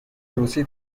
روسی